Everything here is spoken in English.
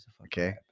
Okay